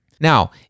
Now